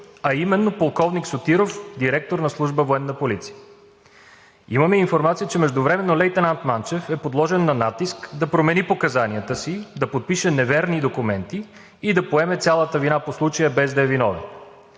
а именно полковник Сотиров – директор на Служба „Военна полиция“. Имаме информация, че междувременно лейтенант Манчев е подложен на натиск да промени показанията си, да подпише неверни документи и да поеме цялата вина по случая, без да е виновен.